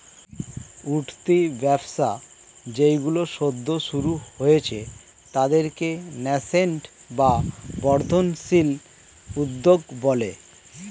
উঠতি ব্যবসা যেইগুলো সদ্য শুরু হয়েছে তাদেরকে ন্যাসেন্ট বা বর্ধনশীল উদ্যোগ বলে